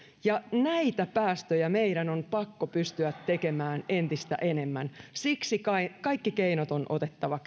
näitä päästöjä meidän on pakko pystyä tekemään entistä vähemmän siksi kaikki keinot on otettava